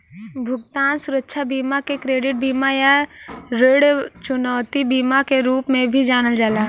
भुगतान सुरक्षा बीमा के क्रेडिट बीमा या ऋण चुकौती बीमा के रूप में भी जानल जाला